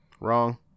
Wrong